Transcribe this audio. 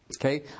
Okay